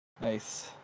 Nice